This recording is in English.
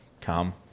come